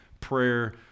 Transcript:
prayer